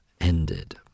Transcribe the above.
ended